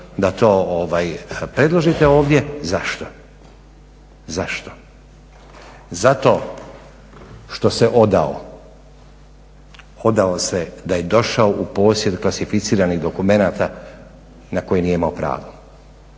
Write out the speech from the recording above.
da to predložite ovdje. Zašto? Zato što se odao da je došao u posjed klasificiranih dokumenata na koje nije imao pravo